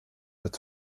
ett